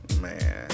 Man